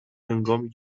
هنگامی